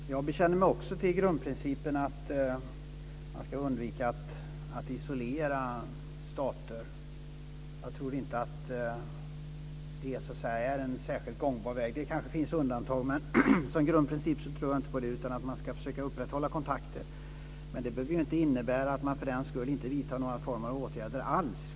Fru talman! Jag bekänner mig också till grundprincipen att man ska undvika att isolera stater. Jag tror inte att det är en särskilt gångbar väg. Det kanske finns undantag, men som grundprincip tror jag inte på detta utan på att man ska försöka att upprätthålla kontakter. Det behöver inte innebära att man för den skull inte vidtar någon form av åtgärder alls.